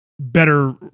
better